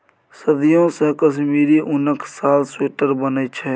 सदियों सँ कश्मीरी उनक साल, स्वेटर बनै छै